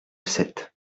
sept